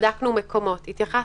בדקנו מקומות, התייחסנו.